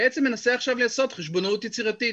בעצם מנסה עכשיו לעשות חשבונאות יצירתית.